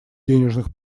денежных